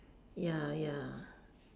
ya ya